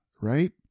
right